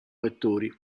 vettori